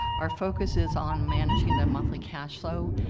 our focus is on managing their monthly cash flow,